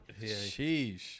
Sheesh